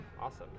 awesome